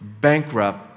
bankrupt